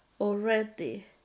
already